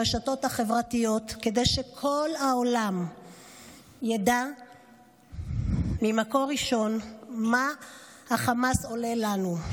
ברשתות החברתיות כדי שכל העולם ידע ממקור ראשון מה החמאס עולל לנו.